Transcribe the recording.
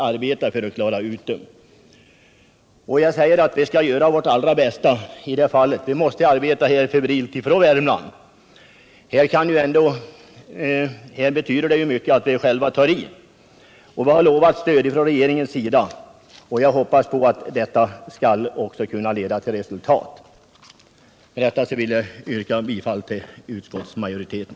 Vi skall göra vårt allra bästa. Vi måste arbeta febrilt från Värmland. Alla måste hjälpas åt. Det betyder mycket att vi själva tar i. Vi har lovats stöd av regeringen, och jag hoppas att vårt arbete kommer att ge resultat. Jag yrkar bifall till utskottets hemställan.